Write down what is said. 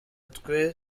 twe